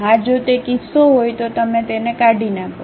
હા જો તે કિસ્સો હોય તો તમે તેને કાઢી નાખો